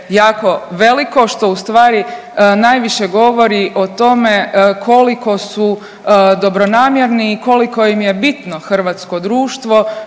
jako veliko što ustvari najviše govori o tome koliko su dobronamjerni i koliko im je bitno hrvatsko društvo,